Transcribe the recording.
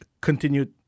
continued